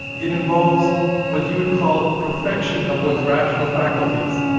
it involves what he would call perfection of one's rational faculties.